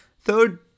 Third